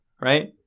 right